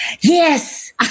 Yes